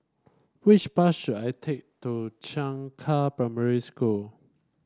which bus should I take to Changka Primary School